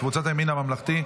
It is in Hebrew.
קבוצת הימין הממלכתי,